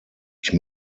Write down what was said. ich